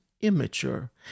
immature